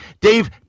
Dave